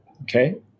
okay